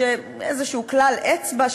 איזשהו כלל אצבע,